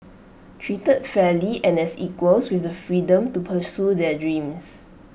treated fairly and as equals with the freedom to pursue their dreams